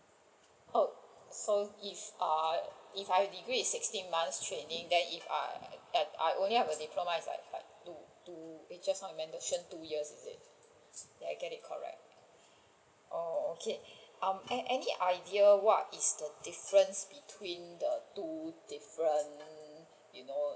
oh so if ah if I have a degree and sixteen months training then if err I only have a diploma is like is like two~ two~ just now you mentioned two years is it did I get it correct oh okay an~ any idea what is the difference between the two different you know